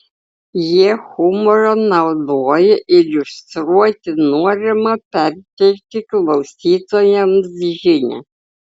jie humorą naudoja iliustruoti norimą perteikti klausytojams žinią